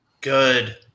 Good